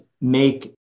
make